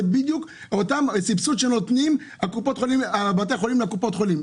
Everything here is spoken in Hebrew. זה בדיוק הסבסוד שנותנים בתי החולים לקופות החולים.